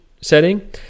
setting